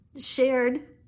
shared